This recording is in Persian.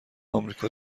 امریکا